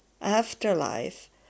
afterlife